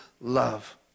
love